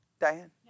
Diane